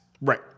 Right